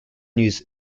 news